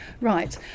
Right